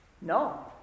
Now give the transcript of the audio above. No